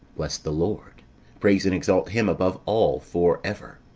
bless the lord praise and exalt him above all for ever.